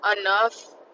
enough